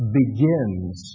begins